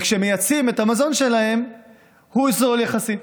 וכשהם מייצאים את המזון שלהם הוא זול יחסית.